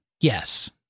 yes